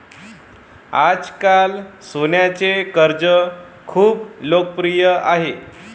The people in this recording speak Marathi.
आजकाल सोन्याचे कर्ज खूप लोकप्रिय आहे